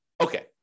Okay